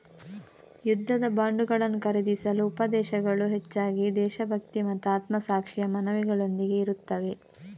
ಯುದ್ಧದ ಬಾಂಡುಗಳನ್ನು ಖರೀದಿಸಲು ಉಪದೇಶಗಳು ಹೆಚ್ಚಾಗಿ ದೇಶಭಕ್ತಿ ಮತ್ತು ಆತ್ಮಸಾಕ್ಷಿಯ ಮನವಿಗಳೊಂದಿಗೆ ಇರುತ್ತವೆ